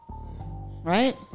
right